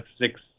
six